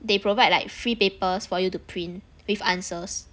they provide like free papers for you to print with answers